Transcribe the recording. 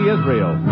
Israel